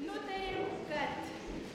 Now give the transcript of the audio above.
nu tai kad